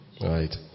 Right